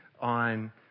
On